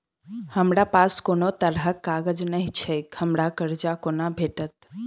हमरा पास कोनो तरहक कागज नहि छैक हमरा कर्जा कोना भेटत?